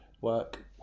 work